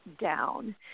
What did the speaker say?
down